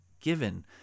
Given